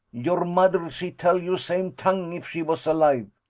your mo'der she tal you same tang if she vas alive.